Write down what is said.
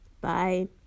bye